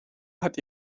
hat